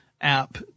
app